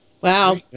Wow